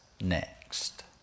next